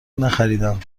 نخریدهام